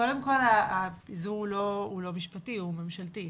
קודם כל, הפיזור הוא לא משפטי, הוא ממשלתי.